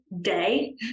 day